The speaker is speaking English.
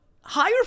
Hire